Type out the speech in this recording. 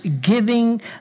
Giving